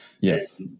Yes